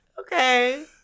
Okay